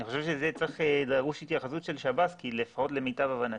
אני חושב שכאן דרושה התייחסות של שירות בתי הסוהר כי לפחות למיטב הבנתי,